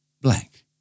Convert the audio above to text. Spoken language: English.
black